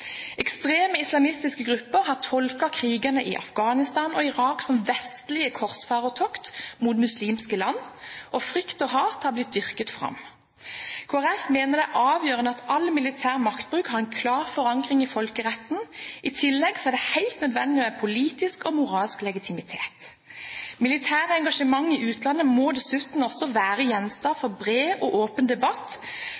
Ekstreme islamistiske grupper har tolket krigene i Afghanistan og Irak som vestlige korsfarertokt mot muslimske land. Frykt og hat har blitt dyrket fram. Kristelig Folkeparti mener det er avgjørende at all militær maktbruk har en klar forankring i folkeretten. I tillegg er det helt nødvendig med politisk og moralsk legitimitet. Militære engasjementer i utlandet må være gjenstand